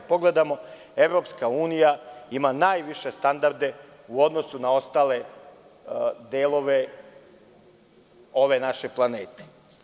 Evropska unija ima najviše standarde u odnosu na ostale delove ove naše planete.